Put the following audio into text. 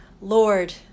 Lord